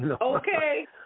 Okay